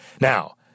Now